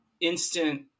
instant